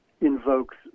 invokes